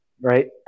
right